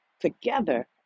together